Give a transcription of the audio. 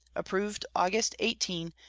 approved august eighteen,